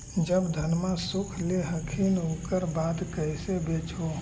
जब धनमा सुख ले हखिन उकर बाद कैसे बेच हो?